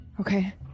Okay